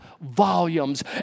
volumes